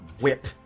whip